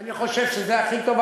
אני חושב שזה הכי טוב,